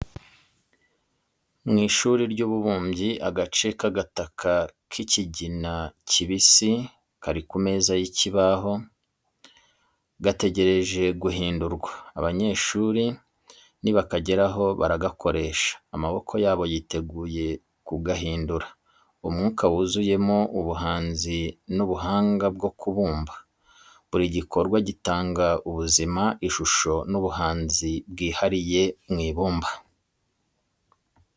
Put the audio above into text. Mu ishuri ry’ububumbyi, agace k’agataka k’ikigina kibisi kari ku meza y’ikibaho, gategereje guhindurwa. Abanyeshuri nibakageraho baragakoresha, amaboko yabo yiteguye kugahindura. Umwuka wuzuyemo ubuhanzi n’ubuhanga bwo kubumba, buri gikorwa gitanga ubuzima, ishusho, n’ubuhanzi bwihariye mu ibumba.